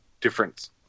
difference